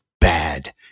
bad